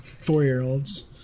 four-year-olds